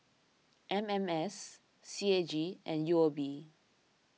M M S C A G and U O B